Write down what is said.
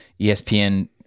ESPN